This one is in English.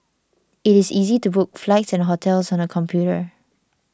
it is easy to book flights and hotels on the computer